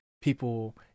people